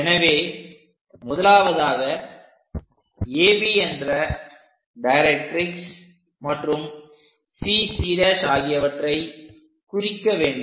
எனவே முதலாவதாக AB என்ற டைரக்ட்ரிக்ஸ் மற்றும் CC' ஆகியவற்றைக் குறிக்க வேண்டும்